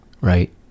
right